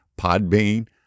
Podbean